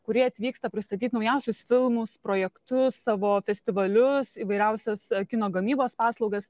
kurie atvyksta pristatyt naujausius filmus projektus savo festivalius įvairiausias kino gamybos paslaugas